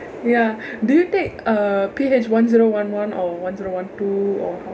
ya did you take uh P_H one zero one one or one zero one two or